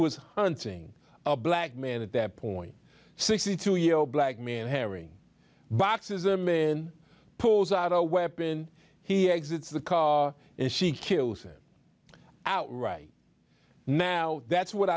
was hunting a black man at that point sixty two year old black man having boxes them in pulls out a weapon he exits the car and she kills him out right now that's what